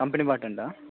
company బాటంటా